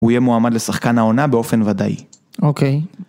הוא יהיה מועמד לשחקן העונה באופן ודאי. אוקיי.